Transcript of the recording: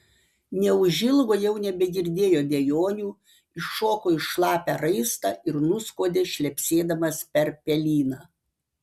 neužilgo jau nebegirdėjo dejonių iššoko į šlapią raistą ir nuskuodė šlepsėdamas per pelyną